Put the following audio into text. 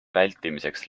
vältimiseks